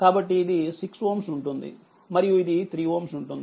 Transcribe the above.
కాబట్టిఇది6Ω ఉంటుందిమరియు ఇది 3Ω ఉంటుంది